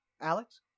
Alex